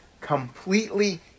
completely